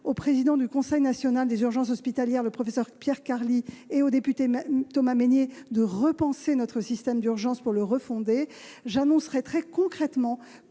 au président du Conseil national de l'urgence hospitalière, le professeur Pierre Carli, et au député Thomas Mesnier afin de repenser notre système d'urgences pour le refonder, j'annoncerai très concrètement